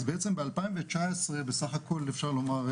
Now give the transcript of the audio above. אז בעצם ב- 2019 בסה"כ אפשר לומר,